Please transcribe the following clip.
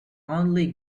only